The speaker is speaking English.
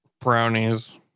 brownies